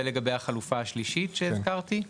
ולגבי החלופה השלישית שהזכרתי.